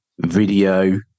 Video